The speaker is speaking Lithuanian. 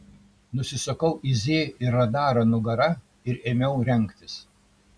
nusisukau į z ir radarą nugara ir ėmiau rengtis